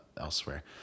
elsewhere